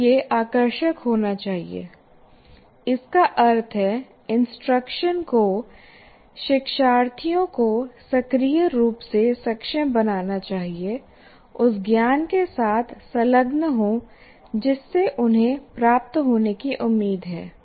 तब यह आकर्षक होना चाहिए इसका अर्थ है इंस्ट्रक्शन को शिक्षार्थियों को सक्रिय रूप से सक्षम बनाना चाहिए उस ज्ञान के साथ संलग्न हों जिससे उन्हें प्राप्त होने की उम्मीद है